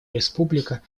республика